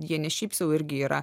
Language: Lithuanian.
jie ne šiaip sau irgi yra